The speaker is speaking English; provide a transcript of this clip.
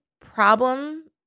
problem